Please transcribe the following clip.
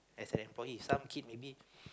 as an employee some kid maybe